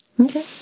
okay